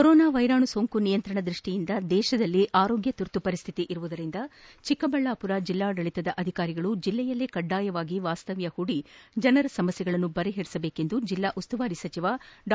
corona ವೈರಾಣು ಸೋಂಕು ನಿಯಂತ್ರಣ ದೃಷ್ಟಿಯಿಂದ ದೇಶದಲ್ಲಿ ಆರೋಗ್ಯ ತುರ್ತು ಪರಿಸ್ಥಿತಿ ಇರುವುದರಿಂದ ಚಿಕ್ಕಬಳ್ಳಾಮರ ಜಿಲ್ಲಾಮಟ್ಟದ ಅಧಿಕಾರಿಗಳು ಜಿಲ್ಲೆಯಲ್ಲೇ ಕಡ್ಡಾಯವಾಗಿ ವಾಸ್ತವ್ಯ ಪೂಡಿ ಜನರ ಸಮಸ್ಥೆಗಳನ್ನು ಪರಿಪರಿಸಬೇಕೆಂದು ಜಿಲ್ಲಾ ಉಸ್ತುವಾರಿ ಸಚಿವ ಡಾ